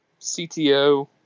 CTO